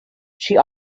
she